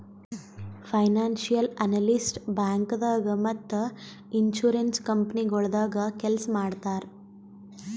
financial analyst ಬ್ಯಾಂಕ್ದಾಗ್ ಮತ್ತ್ insurance ಕಂಪನಿಗೊಳ್ದಾಗ ಕೆಲ್ಸ್ ಮಾಡ್ತರ್